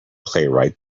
playwright